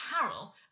carol